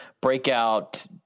breakout